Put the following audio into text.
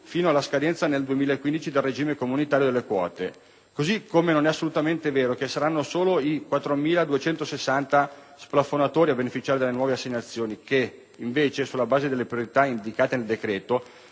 fino alla scadenza, nel 2015, del regime comunitario delle quote. Allo stesso modo non è assolutamente vero che saranno solo i 4.260 splafonatori a beneficiare delle nuove assegnazioni che, invece, sulla base delle priorità indicate nel decreto,